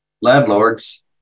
landlords